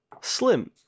Slim